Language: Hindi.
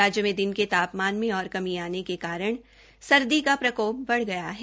राज्य में दिन के तापमान में और कमी आने के कारण सर्दी का प्रकोप बढ गया है